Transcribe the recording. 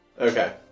okay